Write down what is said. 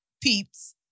peeps